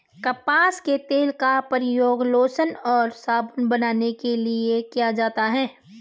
कपास के तेल का प्रयोग लोशन और साबुन बनाने में किया जाता है